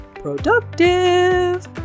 productive